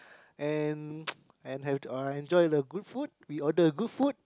and and had a enjoy the good food we ordered good food